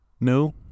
No